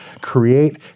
create